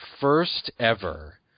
first-ever